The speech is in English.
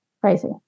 Crazy